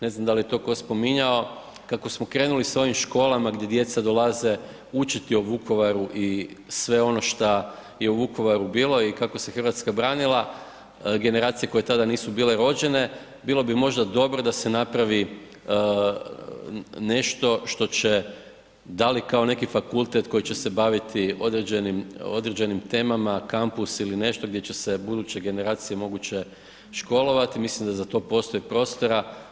Ne znam da li je to tko spominjao, kako samo krenuli sa ovim školama gdje djeca dolaze učiti o Vukovaru i sve ono šta je u Vukovaru bilo i kako se Hrvatska branila, generacije koje tada nisu bile rođene, bilo bi možda dobro da se napravi nešto što će, da li kao neki fakultet koji će se baviti određenim temama, kampus ili nešto gdje će se buduće generacije moguće školovati, mislim da za to postoji prostor.